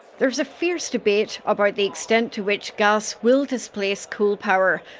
there's a fierce debate about the extent to which gas will displace coal power,